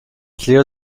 clear